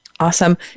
Awesome